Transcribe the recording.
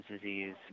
disease